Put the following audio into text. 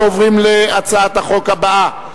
אנחנו עוברים להצעת החוק הבאה,